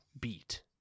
beat